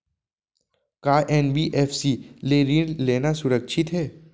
का एन.बी.एफ.सी ले ऋण लेना सुरक्षित हे?